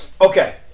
Okay